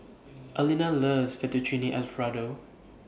Alene loves Fettuccine Alfredo